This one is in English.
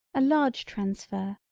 a large transfer,